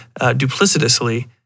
duplicitously